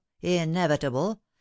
inevitable